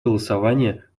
голосования